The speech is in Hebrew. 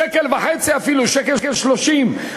שקל וחצי אפילו, 1.30 שקל.